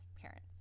parents